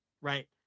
right